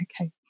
okay